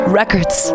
records